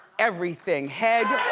everything head.